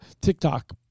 TikTok